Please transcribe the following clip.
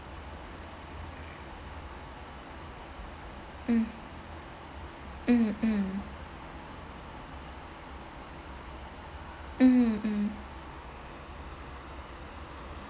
mm mm mm mm mm